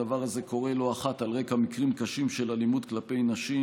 הדבר הזה קורה לא אחת על רקע מקרים קשים של אלימות כלפי נשים,